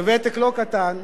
וותק לא קטן,